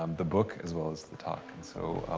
um the book as well as the talk. and so